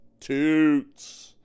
Toots